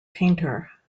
painter